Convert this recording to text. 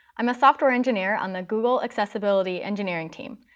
i'm a software engineer on the google accessibility engineering team.